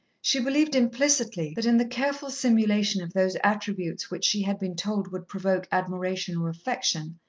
she believed implicitly that in the careful simulation of those attributes which she had been told would provoke admiration or affection,